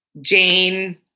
Jane